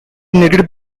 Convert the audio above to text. needed